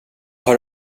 har